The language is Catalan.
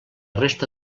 resta